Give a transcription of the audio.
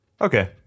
Okay